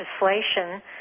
legislation